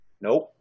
Nope